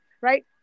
Right